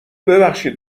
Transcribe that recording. ببخشید